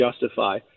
justify